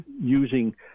using